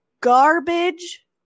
garbage